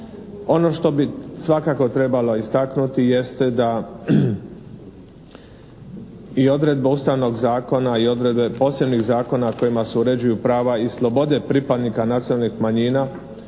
Ono što bi svakako trebalo istaknuti jeste da i odredba ustavnog zakona i odredbe posebnih zakona kojima se uređuju prava i slobode pripadnika nacionalnih manjina